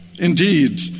Indeed